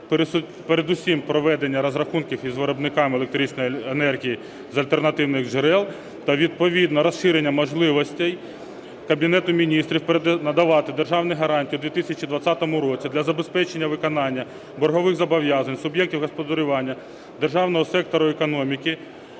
передусім проведення розрахунків із виробниками електричної енергії з альтернативних джерел та відповідно розширення можливостей Кабінету Міністрів надавати державні гарантії у 2020 році для забезпечення виконання боргових зобов'язань суб'єктів господарювання державного сектору економіки,